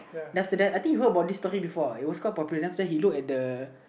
then after that I think you heard about this story before lah it was quite popular then after that he look at the